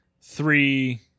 three